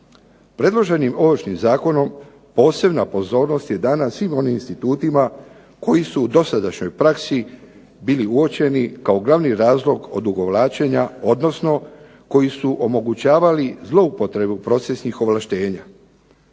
Predloženim Ovršnim zakonom posebna pozornost je dana svim onim institutima koji su u dosadašnjoj praksi bili uočeni kao glavni razlog odugovlačenja odnosno koji su omogućavali zloupotrebu procesnih ovlaštenja.